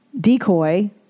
decoy